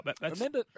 remember